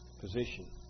position